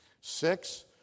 Six